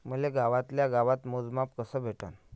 मले गावातल्या गावात मोजमाप कस भेटन?